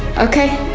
okay,